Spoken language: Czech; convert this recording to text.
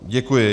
Děkuji.